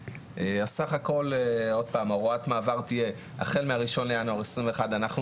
סך הכול הוראת מעבר תהיה החל מה-1 בינואר 2021. אנחנו